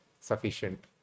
sufficient